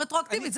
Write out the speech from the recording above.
לא רטרואקטיבית.